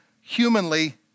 humanly